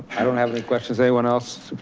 i don't have any questions, anyone else?